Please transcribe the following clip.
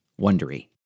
Wondery